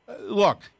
Look